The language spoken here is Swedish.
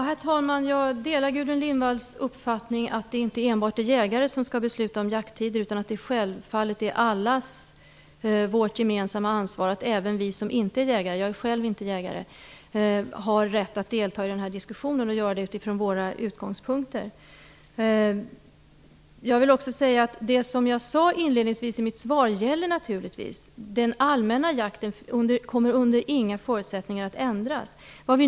Herr talman! Jag delar Gudrun Lindvalls uppfattning att det inte enbart är jägare som skall besluta om jakttider. Det är självfallet allas vårt gemensamma ansvar, och även vi som inte är jägare - jag är själv inte jägare - har rätt att delta i den här diskussionen och göra det utifrån våra utgångspunkter. Det som jag inledningsvis sade i mitt svar gäller naturligtvis. Den allmänna jakten kommer under inga förhållanden att ändras.